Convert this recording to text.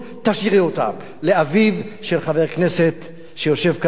תשאירי אותה לאביו של חבר הכנסת שיושב כאן,